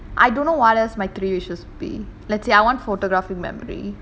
I don't know what else my three wishes would be let's say I want photographic memory